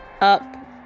Up